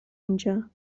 اینجا